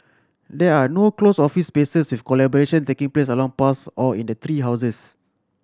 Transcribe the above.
there are no closed office spaces with collaboration taking place along paths or in tree houses